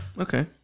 Okay